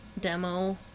demo